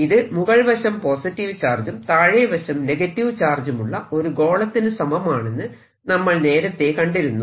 ഇത് മുകൾ വശം പോസിറ്റീവ് ചാർജും താഴെവശം നെഗറ്റീവ് ചാർജുമുള്ള ഒരു ഗോളത്തിനു സമമാണെന്നു നമ്മൾ നേരത്തെ കണ്ടിരുന്നു